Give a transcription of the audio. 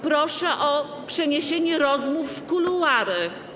Proszę o przeniesienie rozmów w kuluary.